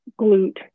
glute